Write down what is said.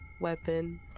Weapon